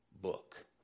book